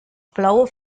blaue